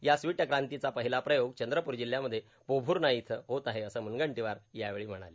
या स्वीट क्रांतीचा पहिला प्रयोग चंद्रपूर जिल्ह्यामध्ये पोभूर्णा इथं होत आहे असं म्नगंटीवार यावेळी म्हणाले